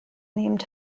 named